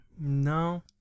no